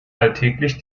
alltäglich